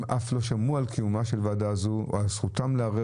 הם אף לא שמעו על קיומה של ועדה זו או על זכותם לערער